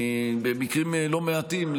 במקרים לא מעטים,